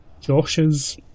Josh's